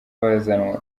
bazanwa